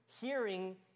Hearing